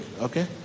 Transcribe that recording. Okay